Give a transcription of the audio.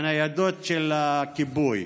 הניידות של הכיבוי.